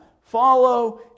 Follow